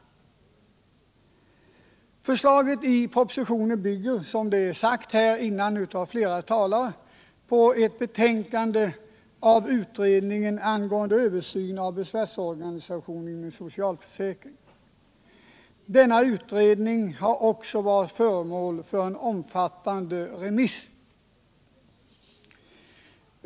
Förslaget i propositionen bygger, som flera talare har framhållit, på ett betänkande av utredningen angående översyn av besvärsorganisationen inom socialförsäkringen. Utredningen har varit föremål för en omfattande remiss.